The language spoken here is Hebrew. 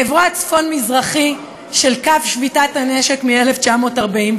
מעברו הצפון-מזרחי של קו שביתת הנשק מ-1949.